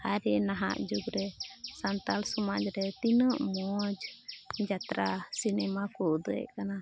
ᱟᱨ ᱱᱟᱦᱟᱜ ᱡᱩᱜᱽ ᱨᱮ ᱥᱟᱱᱛᱟᱲ ᱥᱚᱢᱟᱡᱽ ᱨᱮ ᱛᱤᱱᱟᱹᱜ ᱢᱚᱡᱽ ᱡᱟᱛᱛᱨᱟ ᱥᱤᱱᱮᱢᱟ ᱠᱚ ᱩᱫᱩᱜᱼᱮᱫ ᱠᱟᱱᱟ